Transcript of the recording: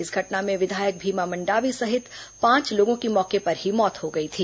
इस घटना में विधायक भीमा मंडावी सहित पांच लोगों की मौके पर ही मौत हो गई थी